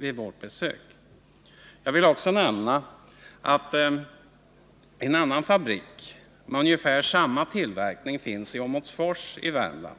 vid vårt besök där. Jag vill också nämna att en annan fabrik med ungefär samma tillverkning finns i Åmotfors i Värmland.